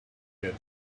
get